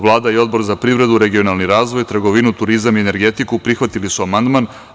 Vlada i Odbor za privredu, regionalni razvoj, trgovinu turizam i energetiku prihvatili su amandman.